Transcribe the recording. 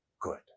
good